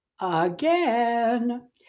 again